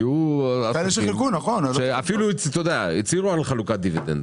היו עסקים שאפילו הצהירו על חלוקת דיבידנד.